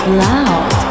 loud